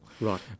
right